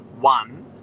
one